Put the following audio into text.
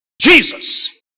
Jesus